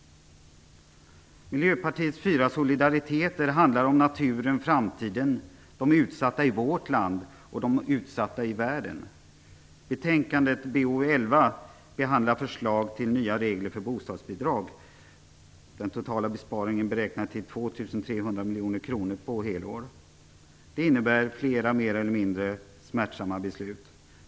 Miljöpartiets fyra solidariteter handlar om naturen, framtiden, de utsatta i vårt land och de utsatta i världen. Betänkandet BoU11 behandlar förslag om nya regler för bostadsbidrag. Den totala besparingen är beräknad till 2 300 miljoner kronor på ett helår. Det innebär flera mer eller mindre smärtsamma beslut.